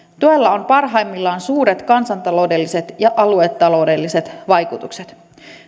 tuella on parhaimmillaan suuret kansantaloudelliset ja aluetaloudelliset vaikutukset